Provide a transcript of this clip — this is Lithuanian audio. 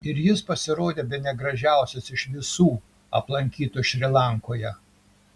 ir jis pasirodė bene gražiausias iš visų aplankytų šri lankoje